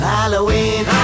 Halloween